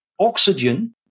oxygen